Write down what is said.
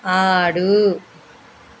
ఆడు